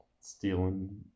stealing